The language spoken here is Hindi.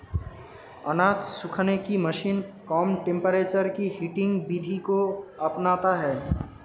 अनाज सुखाने की मशीन कम टेंपरेचर की हीटिंग विधि को अपनाता है